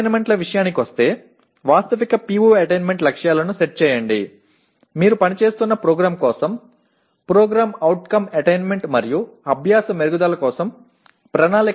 பணிகளைப் பற்றி பார்க்கும் பொழுது யதார்த்தமான PO அடைதல் இலக்குகளை அமைத்தல் நீங்கள் பணிபுரியும் திட்டத்திற்கான PO அடைதல் மற்றும் கற்றலை மேம்படுத்துவதற்கான திட்டத்தை கணக்கிடுங்கள்